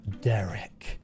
Derek